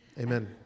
Amen